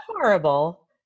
horrible